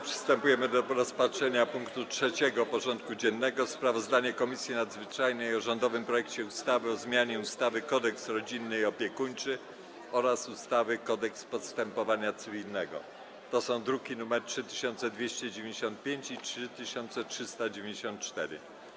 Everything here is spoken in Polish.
Przystępujemy do rozpatrzenia punktu 3. porządku dziennego: Sprawozdanie Komisji Nadzwyczajnej o rządowym projekcie ustawy o zmianie ustawy Kodeks rodzinny i opiekuńczy oraz ustawy Kodeks postępowania cywilnego (druki nr 3295 i 3394)